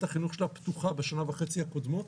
החינוך שלה פתוחה בשנה וחצי הקודמות,